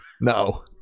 no